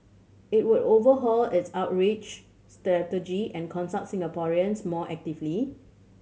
it would overhaul its outreach strategy and consult Singaporeans more actively